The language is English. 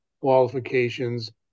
qualifications